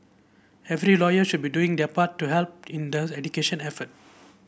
every lawyer should be doing their part to help in the education effort